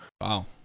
Wow